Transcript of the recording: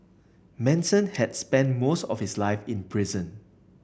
Manson had spent most of his life in prison